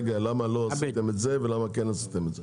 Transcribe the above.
למה לא עשיתם את זה ולמה כן עשיתם את זה.